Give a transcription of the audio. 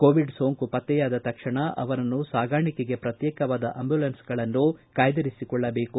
Covid ಸೋಂಕು ಪತ್ತೆಯಾದ ತಕ್ಷಣ ಅವರನ್ನು ಸಾಗಾಣಿಕೆಗೆ ಪ್ರತ್ಯೇಕವಾದ ಅಂಬ್ಯುಲನ್ಗಳನ್ನು ಕಾಯ್ದಿರಿಸಿಕೊಳ್ಳಬೇಕು